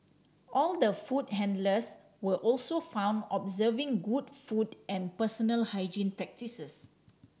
all the food handlers were also found observing good food and personal hygiene practices